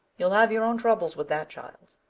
you'll have your own troubles with that child.